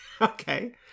Okay